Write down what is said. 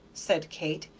said kate,